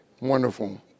Wonderful